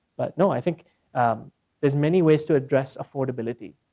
but no, i think there's many ways to address affordability.